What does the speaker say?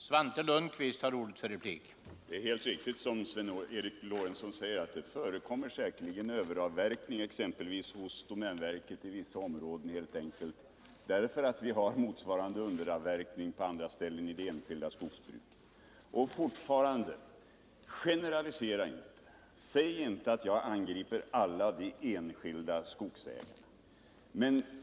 Herr talman! Det är, som Sven Eric Lorentzon sade, helt riktigt att det säkerligen förekommer överavverkning, exempelvis i vissa av domänverkets skogar, och detta helt enkelt därför att det är motsvarande underavverkning inom vissa delar av det enskilda skogsbruket. Fortfarande: Generalisera inte, säg inte att jag angriper alla de enskilda skogsägarna.